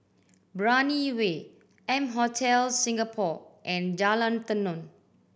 Brani Way M Hotel Singapore and Jalan Tenon